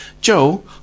Joe